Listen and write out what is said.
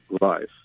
life